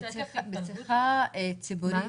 בצריכה הציבורית,